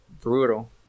Brutal